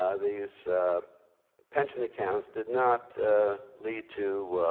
ah these pension accounts did not lead to